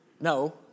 No